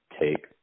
take